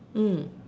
mm